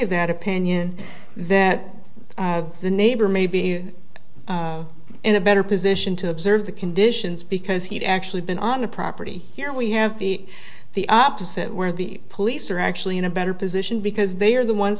of that opinion that the neighbor may be in a better position to observe the conditions because he'd actually been on the property here we have the the opposite where the police are actually in a better position because they are the ones